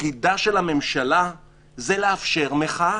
תפקידה של הממשלה זה לאפשר מחאה.